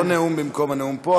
זה לא במקום הנאום פה,